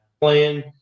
playing